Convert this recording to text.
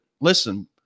listen